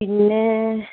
പിന്നെ